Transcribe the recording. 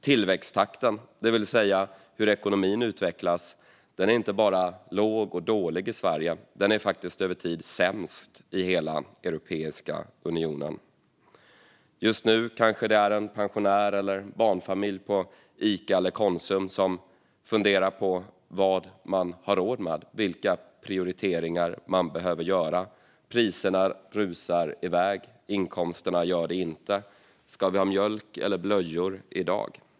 Tillväxttakten, det vill säga hur ekonomin utvecklas, är inte bara låg och dålig i Sverige, utan den är faktiskt över tid sämst i hela Europeiska unionen. Just nu kanske det är en pensionär eller en barnfamilj på Ica eller Coop som funderar på vad de har råd med och vilka prioriteringar de behöver göra. Priserna rusar iväg, inkomsterna gör det inte. Barnfamiljen kanske tänker: Ska vi ha mjölk eller blöjor i dag?